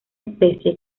especie